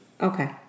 Okay